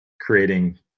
creating